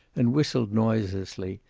and whistled noiselessly,